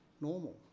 normal